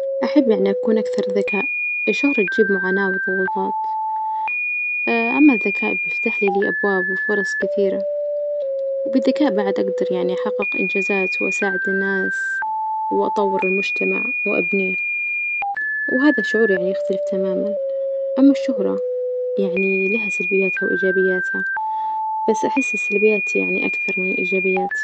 أحب يعني أكون أكثر ذكاء، الشهرة تجيب معاناة وضغوطات أما الذكاء بيفتح لي أبواب وفرص كثيرة، وبالذكاء بعد أجدر يعني أحقق إنجازات وأساعد الناس وأطور المجتمع وأبنيه، وهذا شعور يعني يختلف تماما، أما الشهرة يعني لها سلبياتها وإيجابياتها بس أحس السلبيات يعني أكثر من الإيجابيات.